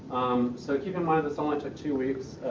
um, so keep in mind this only took two weeks,